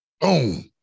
Boom